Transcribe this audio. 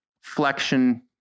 flexion